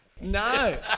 No